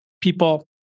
people